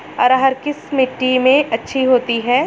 अरहर किस मिट्टी में अच्छी होती है?